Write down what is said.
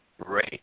great